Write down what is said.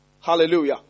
Hallelujah